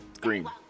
green